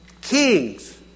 Kings